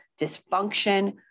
dysfunction